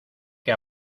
que